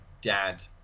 dad